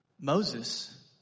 Moses